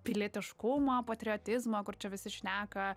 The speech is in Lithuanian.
pilietiškumo patriotizmo kur čia visi šneka